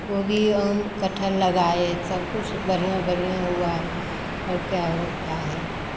वो भी कटहल लगाए सब कुछ बढ़ियाँ बढ़ियाँ हुआ और क्या होता है